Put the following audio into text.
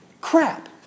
crap